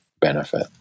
benefit